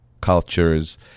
cultures